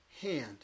hand